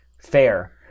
Fair